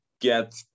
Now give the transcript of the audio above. get